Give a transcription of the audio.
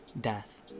death